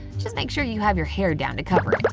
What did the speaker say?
just make sure you have your hair down to cover it!